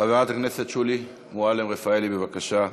חברת הכנסת שולי מועלם-רפאלי, בבקשה.